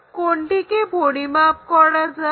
কোণটিকে পরিমাপ করা যাক